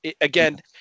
again